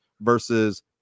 versus